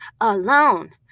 alone